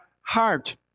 heart